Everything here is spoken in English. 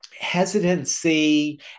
hesitancy